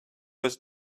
was